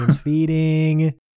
feeding